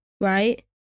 right